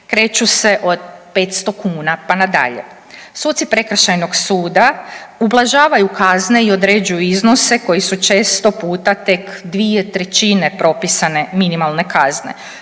kreću se od 500 kuna, pa na dalje. Suci prekršajnog suda ublažavaju kazne i određuju iznose koji su često puta tek 2/3 propisane minimalne kazne.